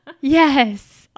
Yes